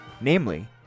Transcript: namely